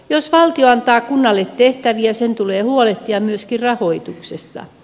jos valtio antaa kunnalle tehtäviä sen tulee huolehtia myöskin rahoituksesta